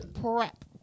PrEP